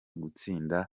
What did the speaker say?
gutsinda